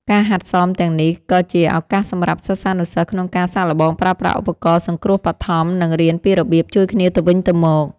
ការហាត់សមទាំងនេះក៏ជាឱកាសសម្រាប់សិស្សានុសិស្សក្នុងការសាកល្បងប្រើប្រាស់ឧបករណ៍សង្គ្រោះបឋម និងរៀនពីរបៀបជួយគ្នាទៅវិញទៅមក។